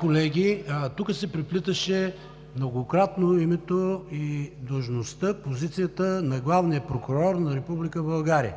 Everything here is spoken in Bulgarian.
Колеги, тук се преплиташе многократно името, длъжността, позицията на Главния прокурор на Република